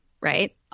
right